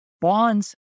bonds